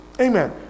Amen